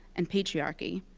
and patriarchy.